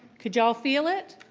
could you all feel it?